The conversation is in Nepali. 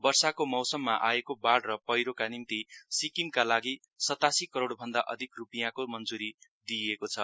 वर्षको मौसममा आएको बेढ र पैरोका निम्ति सिक्किमका लागि सतासी करोड भन्द अधिक रुपियाँको मञ्ज्री दिएको छ